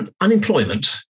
unemployment